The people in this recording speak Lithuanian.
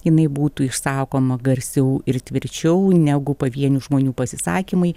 jinai būtų išsakoma garsiau ir tvirčiau negu pavienių žmonių pasisakymai